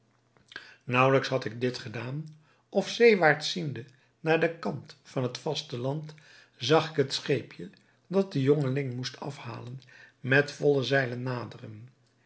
naauwelijks had ik dit gedaan of zeewaarts ziende naar den kant van het vaste land zag ik het scheepje dat den jongeling moest afhalen met volle zeilen naderen